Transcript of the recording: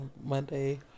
Monday